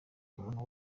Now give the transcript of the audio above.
umuntu